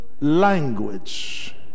language